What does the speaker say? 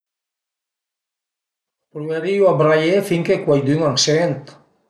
Pruverìu a braié fin che cuaidün a m'sent